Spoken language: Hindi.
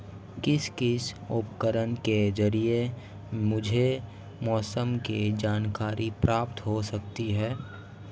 किस किस उपकरण के ज़रिए मुझे मौसम की जानकारी प्राप्त हो सकती है?